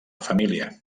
família